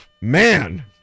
Man